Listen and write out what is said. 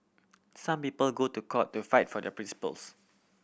some people go to court to fight for their principles